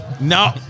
No